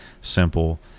simple